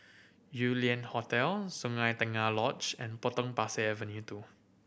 Yew Lian Hotel Sungei Tengah Lodge and Potong Pasir Avenue Two